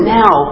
now